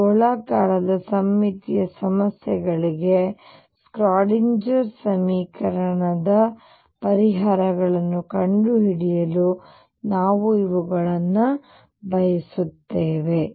ಈ ಗೋಳಾಕಾರದ ಸಮ್ಮಿತೀಯ ಸಮಸ್ಯೆಗಳಿಗೆ ಶ್ರೋಡಿಂಗರ್ ಸಮೀಕರಣದ ಪರಿಹಾರಗಳನ್ನು ಕಂಡುಹಿಡಿಯಲು ನಾವು ಇವುಗಳನ್ನು ಬಳಸುತ್ತೇವೆ